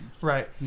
Right